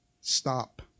Stop